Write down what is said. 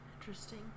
Interesting